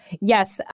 yes